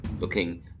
Looking